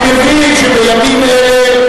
אני מבין שבימים אלה,